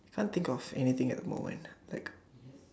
can't think if anything at the moment like